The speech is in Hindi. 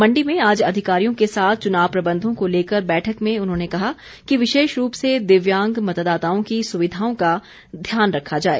मण्डी में आज अधिकारियों के साथ चुनाव प्रबंधों को लेकर बैठक में उन्होंने कहा कि विशेष रूप से दिव्यांग मतदाताओं की सुविधाओं का ध्यान रखा जाए